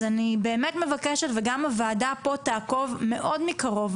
אז אני באמת מבקשת וגם הוועדה פה תעקוב מאוד מקרוב,